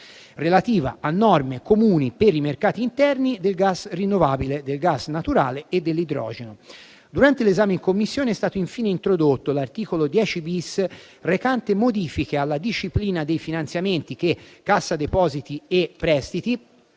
relativa a norme comuni per i mercati interni del gas rinnovabile, del gas naturale e dell'idrogeno. Durante l'esame in Commissione è stato infine introdotto l'articolo 10-*bis,* recante modifiche alla disciplina dei finanziamenti che Cassa depositi e prestiti